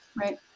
Right